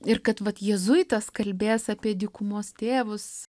ir kad vat jėzuitas kalbės apie dykumos tėvus